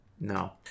No